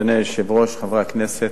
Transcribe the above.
אדוני היושב-ראש, חברי הכנסת,